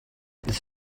this